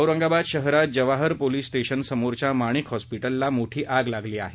औरंगाबाद शहरात Jawahar police station समोरच्या माणिक हॉस्पिटलला मोठी आग लागली आहे